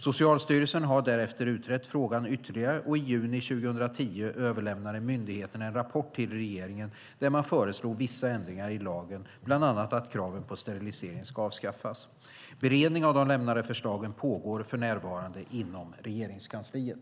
Socialstyrelsen har därefter utrett frågan ytterligare, och i juni 2010 överlämnade myndigheten en rapport till regeringen där man föreslog vissa ändringar i lagen, bland annat att kravet på sterilisering ska avskaffas. Beredning av de lämnade förslagen pågår för närvarande inom Regeringskansliet.